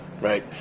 right